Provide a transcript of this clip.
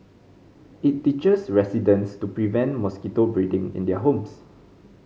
it teaches residents to prevent mosquito breeding in their homes